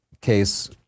case